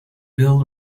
bill